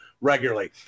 regularly